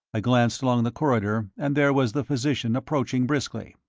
i glanced along the corridor, and there was the physician approaching briskly.